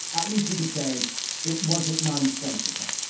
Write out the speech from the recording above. at least we could say it. was it nonsensical.